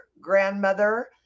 grandmother